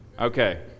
Okay